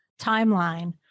timeline